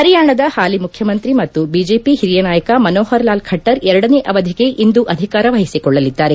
ಹರಿಯಾಣದ ಹಾಲಿ ಮುಖ್ಯಮಂತಿ ಮತ್ತು ಬಿಜೆಪಿ ಹಿರಿಯ ನಾಯಕ ಮನೋಹರ್ ಲಾಲ್ ಖಟ್ಸರ್ ಎರಡನೇ ಅವಧಿಗೆ ಇಂದು ಅಧಿಕಾರ ವಹಿಸಿಕೊಳ್ಳಲಿದ್ದಾರೆ